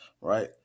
right